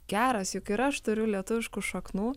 geras juk ir aš turiu lietuviškų šaknų